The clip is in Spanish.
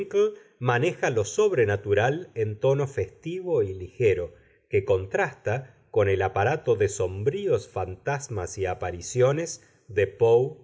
maneja lo sobrenatural en tono festivo y ligero que contrasta con el aparato de sombríos fantasmas y apariciones de poe